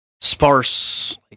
sparse